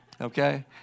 Okay